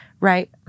right